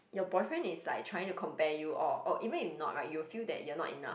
your boyfriend is like trying to compare you or or even if not right you will feel that you're not enough